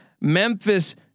Memphis